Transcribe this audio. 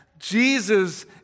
Jesus